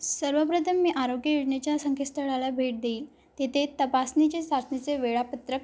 सर्वप्रथम मी आरोग्य योजनेच्या संकेतस्थळाला भेट देईल तेथे तपासणीचे साठीचे वेळापत्रक